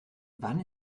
wann